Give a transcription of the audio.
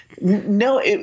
no